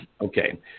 okay